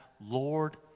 Lord